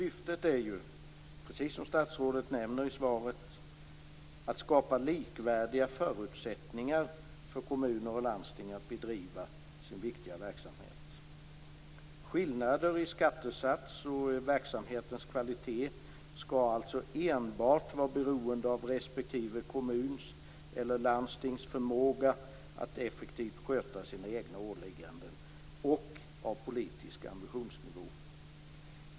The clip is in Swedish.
Syftet är ju, precis som statsrådet nämner i svaret, att skapa likvärdiga förutsättningar för kommuner och landsting att bedriva sin viktiga verksamhet. Skillnader i skattesats och verksamhetens kvalitet skall alltså enbart vara beroende av respektive kommuns eller landstings förmåga att effektivt sköta sina egna åligganden och av politisk ambitionsnivå.